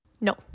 No